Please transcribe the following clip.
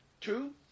Two